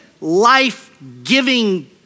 life-giving